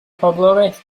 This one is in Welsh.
boblogaeth